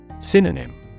synonym